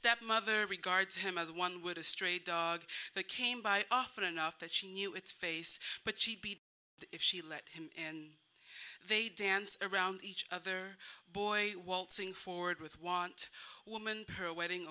stepmother regards him as one with a stray dog that came by often enough that she knew its face but if she let him and they dance around each other boy waltzing forward with want woman her wedding